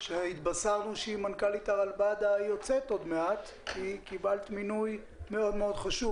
שהתבשרנו שהיא מנכ"לית הרלב"ד היוצאת עוד מעט כי קיבלת מינוי מאוד חשוב,